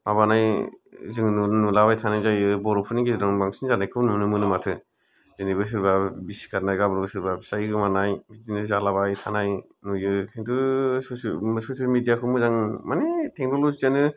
माबानाय जों नुलाबाय थानाय जायो बर'फोरनि गेजेरावनो बांसिन जानायखौ नुनो मोनो माथो दिनैबो सोरबा बिसि गारनाय गाबोनबो सोरबा फिसाइ गोमानाय बिदिनो जालाबाय थानाय नुयो खिन्थु ससेल मिडिया खौ मोजां माने टेकनलजि यानो